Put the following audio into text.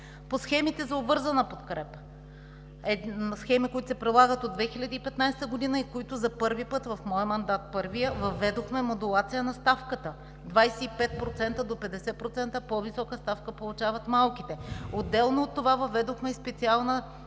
По схемите за обвързана подкрепа – схеми, които се прилагат от 2015 г. и на които за първи път в моя мандат, първия, въведохме модулация на ставката – 25 до 50% по-висока ставка получават малките. Отделно от това въведохме и Специална